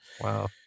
wow